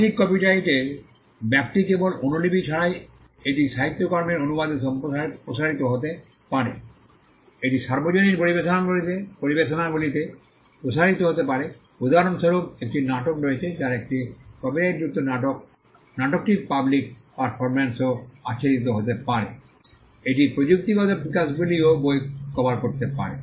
সঠিক কপিরাইটের ব্যাপ্তি কেবল অনুলিপি ছাড়াই এটি সাহিত্যকর্মের অনুবাদে প্রসারিত হতে পারে এটি সর্বজনীন পরিবেশনাগুলিতে প্রসারিত হতে পারে উদাহরণস্বরূপ একটি নাটক রয়েছে যার একটি কপিরাইটযুক্ত নাটক নাটকটির পাবলিক পারফরম্যান্সও আচ্ছাদিত হতে পারে এটি প্রযুক্তিগত বিকাশগুলিও কভার করতে পারে